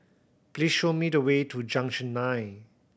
please show me the way to Junction Nine